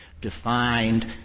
defined